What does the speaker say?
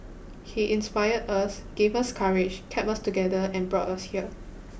he inspired us gave us courage kept us together and brought us here